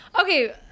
okay